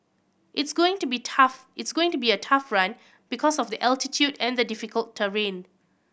it's going to be tough it's going to be a tough run because of the altitude and the difficult terrain